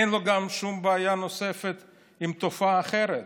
אין לו גם שום בעיה, בנוסף, עם תופעה אחרת: